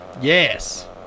Yes